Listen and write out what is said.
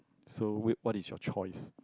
so we what is your choice